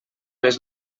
les